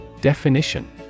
Definition